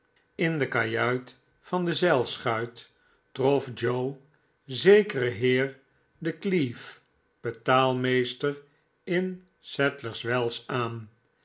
in de kajuit van de zeilschuit trof joe zekeren heer de cleave betaalmeester in sadlerswells aan